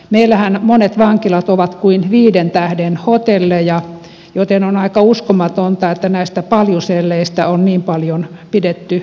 meillähän monet vankilat ovat kuin viiden tähden hotelleja joten on aika uskomatonta että paljuselleistä on niin paljon pidetty meteliä täällä täysistunnoissa